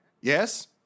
yes